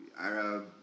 Arab